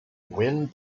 wind